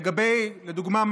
לדוגמה,